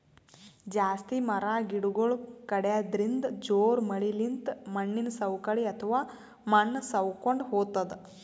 ಜಾಸ್ತಿ ಮರ ಗಿಡಗೊಳ್ ಕಡ್ಯದ್ರಿನ್ದ, ಜೋರ್ ಮಳಿಲಿಂತ್ ಮಣ್ಣಿನ್ ಸವಕಳಿ ಅಥವಾ ಮಣ್ಣ್ ಸವಕೊಂಡ್ ಹೊತದ್